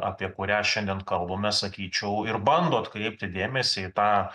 apie kurią šiandien kalbame sakyčiau ir bando atkreipti dėmesį į tą